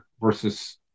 versus